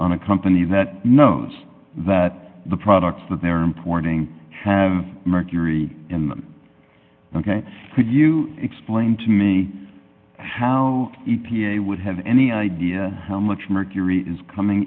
on a company that knows that the products that they're importing have mercury in them ok could you explain to me how e p a would have any idea how much mercury is coming